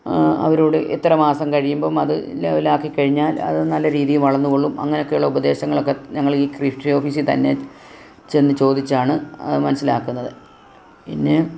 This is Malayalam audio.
അവരോട് ഇത്ര മാസം കഴിയുമ്പോൾ അത് ലെവെലാക്കി കഴിഞ്ഞാൽ അത് നല്ല രീതിയിൽ വളർന്നുകൊള്ളും അങ്ങനെയൊക്കെയുള്ള ഉപദേശങ്ങളൊക്കെ ഞങ്ങളെ ഈ കൃഷി ഓഫീസി തന്നെ ചെന്ന് ചോദിച്ചാണ് മനസ്സിലാക്കുന്നത് പിന്നെ